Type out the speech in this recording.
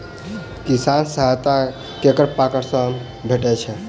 किसान सहायता कतेक पारकर सऽ भेटय छै?